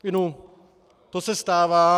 Inu, to se stává.